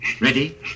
Ready